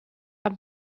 are